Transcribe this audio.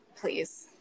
Please